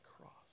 cross